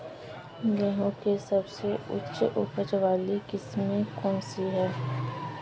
गेहूँ की सबसे उच्च उपज बाली किस्म कौनसी है?